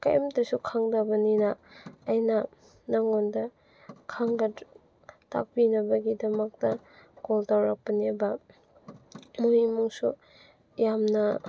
ꯀꯩꯝꯇꯁꯨ ꯈꯪꯗꯕꯅꯤꯅ ꯑꯩꯅ ꯅꯉꯣꯟꯗ ꯈꯪꯒꯗ꯭ꯔ ꯇꯥꯛꯄꯤꯅꯕꯒꯤꯗꯃꯛꯇ ꯀꯣꯜ ꯇꯧꯔꯛꯄꯅꯦꯕ ꯃꯣꯏ ꯏꯃꯨꯡꯁꯨ ꯌꯥꯝꯅ